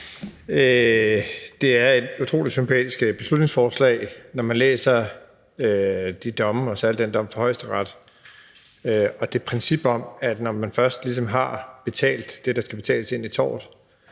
Det er et utrolig sympatisk beslutningsforslag. Når man læser dommene og særlig dommen fra Højesteret og ser på princippet om, at når man først ligesom har betalt det, der skal betales i